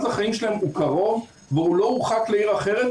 החיים שלהם קרוב והוא לא מורחק לעיר אחרת,